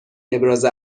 ابراز